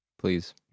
please